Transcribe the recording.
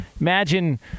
Imagine